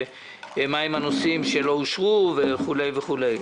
מה הם הנושאים שלא אושרו וכולי וכולי.